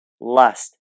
lust